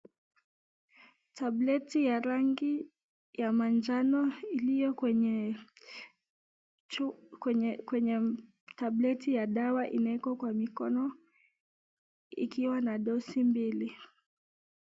Tableti ya rangi ya manjano iliyo kwenye tableti ya dawa imewekwa kwa mkono ikiwa na dosi mbili.